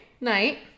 night